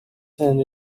stand